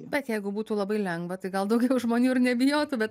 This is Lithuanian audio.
bet jeigu būtų labai lengva tai gal daugiau žmonių ir nebijotų bet